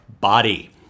body